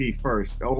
first